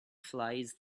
flies